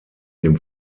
dem